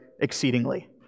exceedingly